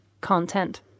content